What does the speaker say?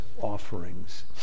offerings